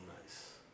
nice